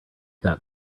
that